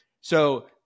So-